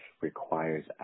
requires